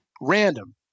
random